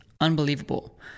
unbelievable